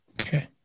Okay